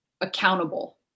accountable